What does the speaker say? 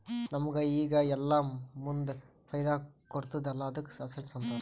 ನಮುಗ್ ಈಗ ಇಲ್ಲಾ ಮುಂದ್ ಫೈದಾ ಕೊಡ್ತುದ್ ಅಲ್ಲಾ ಅದ್ದುಕ ಅಸೆಟ್ಸ್ ಅಂತಾರ್